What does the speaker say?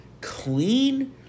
Clean